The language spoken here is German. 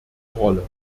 rolle